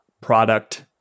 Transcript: product